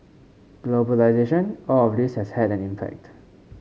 globalisation all of this has had an impact